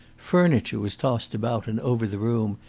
furniture was tossed about and over the room,